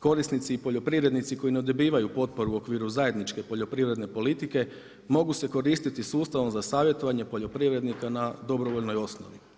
Korisnici i poljoprivrednici koji ne dobivaju potporu u okviru zajedničke poljoprivredne politike, mogu se koristiti sustavom za savjetovanje poljoprivrednika na dobrovoljnoj osnovi.